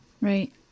Right